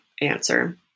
answer